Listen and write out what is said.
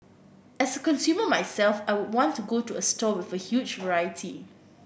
as a consumer myself I want to go to a store with a huge variety